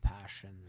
passion